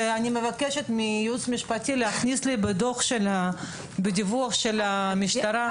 לכן אני מבקשת מהייעוץ המשפטי להכניס בדיווח של המשטרה.